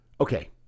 Okay